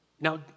now